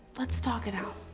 let's talk it out.